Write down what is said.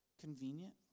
convenient